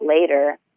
later